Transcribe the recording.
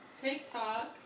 TikTok